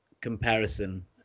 comparison